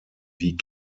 wie